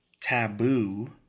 taboo